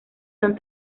son